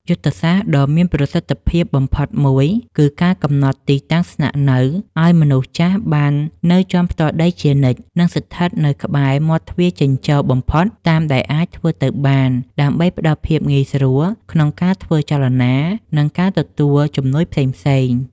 យុទ្ធសាស្ត្រដ៏មានប្រសិទ្ធភាពបំផុតមួយ គឺការកំណត់ទីតាំងស្នាក់នៅឱ្យមនុស្សចាស់បាននៅជាន់ផ្ទាល់ដីជានិច្ច និងស្ថិតនៅក្បែរមាត់ទ្វារចេញចូលបំផុតតាមដែលអាចធ្វើទៅបាន ដើម្បីផ្ដល់ភាពងាយស្រួលក្នុងការធ្វើចលនា និងការទទួលជំនួយផ្សេងៗ។